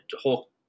whole